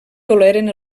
toleren